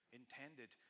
intended